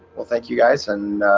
well, thank you guys and